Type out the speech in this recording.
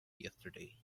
yesterday